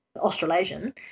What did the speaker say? australasian